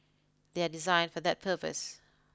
they are designed for that purpose